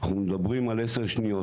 אנחנו מדברים על 10 שניות,